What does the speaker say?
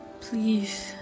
please